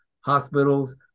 hospitals